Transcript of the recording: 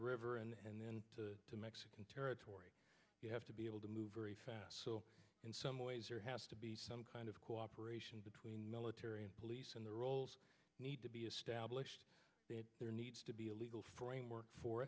river and then to the mexican territory you have to be able to move very fast so in some ways there has to be some kind of cooperation between military and police and the roles need to be established that there needs to be a legal framework for